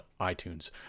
iTunes